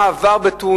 מה הוא עבר בתאונות,